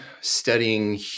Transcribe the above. studying